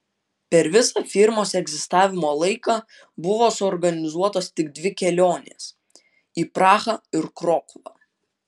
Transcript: per visą firmos egzistavimo laiką buvo suorganizuotos tik dvi kelionės į prahą ir krokuvą